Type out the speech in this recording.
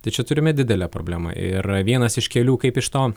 tai čia turime didelė problemą ir vienas iš kelių kaip iš to